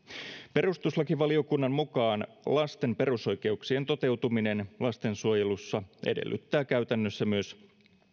perustuslakivaliokunnan mukaan lasten perusoikeuksien toteutuminen lastensuojelussa edellyttää käytännössä myös